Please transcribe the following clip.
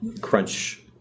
crunch